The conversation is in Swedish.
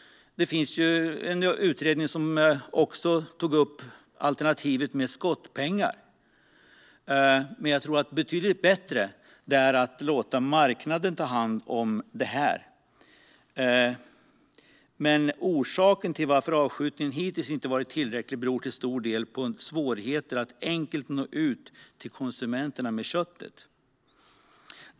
Det finns en utredning som också tog upp alternativet med skottpengar. Men jag tror att det är betydligt bättre att låta marknaden ta hand om det här. Orsaken till att avskjutningen hittills inte varit tillräcklig är till stor del svårigheter att enkelt nå ut till konsumenterna med köttet.